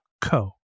co